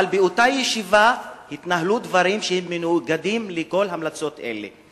אבל באותה ישיבה התנהלו דברים שהם מנוגדים לכל ההמלצות האלה.